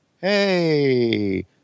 Hey